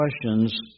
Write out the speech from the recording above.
questions